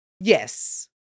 yes